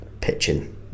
pitching